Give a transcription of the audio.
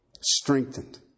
strengthened